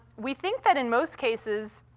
we think that in most cases,